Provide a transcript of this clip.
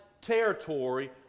territory